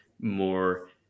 more